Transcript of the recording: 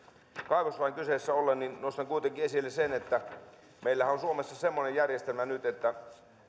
kaivoslain kyseessä ollen nostan kuitenkin esille sen että meillähän on suomessa semmoinen järjestelmä nyt että